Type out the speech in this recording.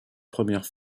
première